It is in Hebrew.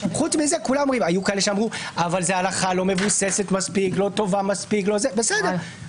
היו כאלה שאמרו: אבל זאת הלכה לא מבוססת מספיק ולא טובה מספיק בסדר,